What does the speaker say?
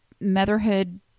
motherhood